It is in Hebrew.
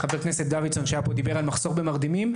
חבר הכנסת דוידסון דיבר פה על מחסור במרדימים.